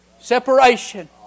Separation